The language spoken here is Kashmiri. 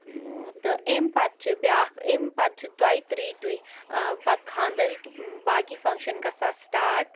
تہٕ اَمہِ پَتہٕ چھِ بیٛاکھ اَمہِ پَتہٕ چھِ دۄیہِ ترٛیٚیہِ دۄہہِ آ پَتہٕ خانٛدٕرٕکۍ باقی فَنٛگشَن گژھان سِٹاٹ